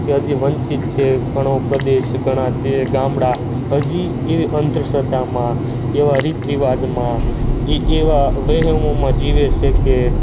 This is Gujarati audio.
કે હજી વંચિત ઘણો પ્રદેશ ઘણા ગામડાં હજી એ અંધશ્રદ્ધામાં એવા રીત રિવાજમાં એ એવા વહેમોમાં જીવે છે કે